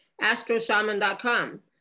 astroshaman.com